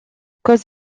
cause